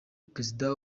perezida